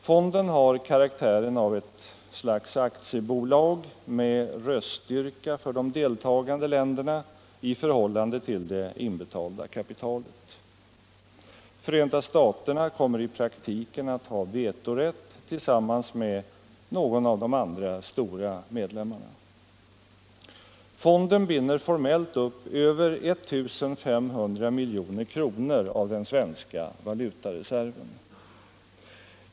Fonden har karaktären av ett slags aktiebolag med röststyrka för de deltagande länderna i förhållande till det inbetalda kapitalet. Förenta staterna kommer i praktiken att ha vetorätt tillsammans med någon av de andra stora medlemmarna. Fonden binder formellt upp över 1 500 milj.kr. av den svenska valutareserven.